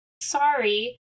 Sorry